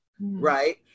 right